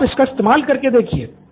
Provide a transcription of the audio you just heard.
तो आप इसका इस्तेमाल करके देखिये